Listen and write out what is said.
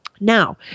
Now